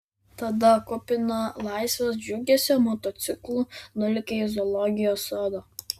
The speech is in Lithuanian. tada kupina laisvės džiugesio motociklu nulėkė į zoologijos sodą